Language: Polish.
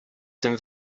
tym